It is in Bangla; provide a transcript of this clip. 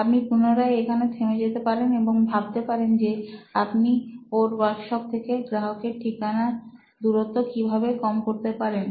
আপনি পুনরায় এখানে থেমে যেতে পারেন এবং ভাবতে পারেন যে আপনি ওর ওয়ার্কশপ থেকে গ্রাহকের ঠিকানা দূরত্ব কিভাবে কম করতে পারেন